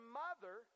mother